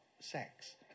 sex